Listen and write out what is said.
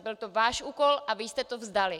Byl to váš úkol a vy jste to vzdali.